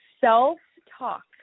self-talk